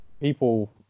people